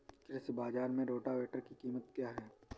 कृषि बाजार में रोटावेटर की कीमत क्या है?